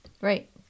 Right